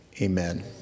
amen